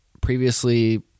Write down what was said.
previously